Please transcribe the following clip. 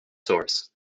source